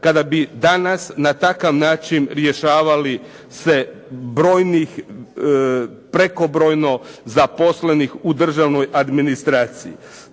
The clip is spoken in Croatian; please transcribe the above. kada bi danas na takav način rješavali se brojnih prekobrojno zaposlenih u državnoj administraciji.